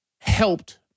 helped